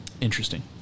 interesting